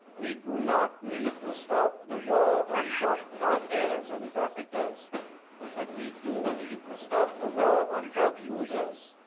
we do not need to stop the war on drug cartels and trafficers. but we do we need to stop the war on drug users.